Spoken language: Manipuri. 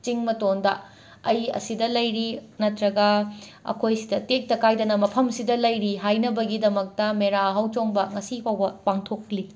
ꯆꯤꯡ ꯃꯇꯣꯟꯗ ꯑꯩ ꯑꯁꯤꯗ ꯂꯩꯔꯤ ꯅꯠꯇ꯭ꯔꯒ ꯑꯩꯈꯣꯏꯁꯤꯗ ꯇꯦꯛꯇ ꯀꯥꯏꯗꯅ ꯃꯐꯝꯁꯤꯗ ꯂꯩꯔꯤ ꯍꯥꯏꯅꯕꯒꯤꯗꯃꯛꯇ ꯃꯦꯔꯥ ꯍꯧꯆꯣꯡꯕ ꯉꯁꯤ ꯐꯥꯎꯕ ꯄꯥꯡꯊꯣꯛꯂꯤ